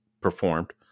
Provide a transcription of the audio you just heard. performed